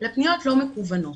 אלא פניות לא מקוונות.